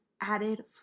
added